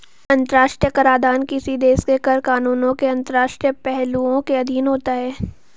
अंतर्राष्ट्रीय कराधान किसी देश के कर कानूनों के अंतर्राष्ट्रीय पहलुओं के अधीन होता है